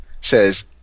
says